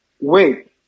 Wait